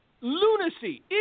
lunacy